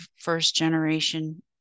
first-generation